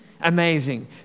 Amazing